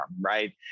right